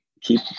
keep